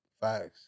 Facts